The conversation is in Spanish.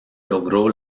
logró